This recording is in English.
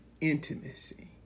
intimacy